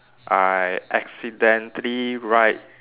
I accidentally write